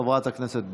חברת הכנסת ברק.